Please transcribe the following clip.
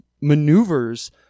maneuvers